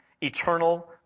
eternal